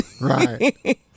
Right